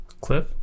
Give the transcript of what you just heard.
Cliff